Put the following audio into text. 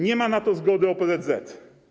Nie ma na to zgody OPZZ.